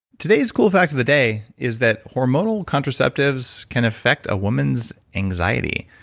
today's cool fact of the day is that hormonal contraceptives can effect a woman's anxiety.